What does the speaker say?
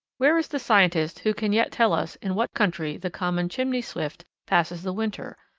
where is the scientist who can yet tell us in what country the common chimney swift passes the winter,